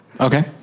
Okay